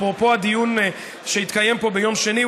אפרופו הדיון שהתקיים פה ביום שני,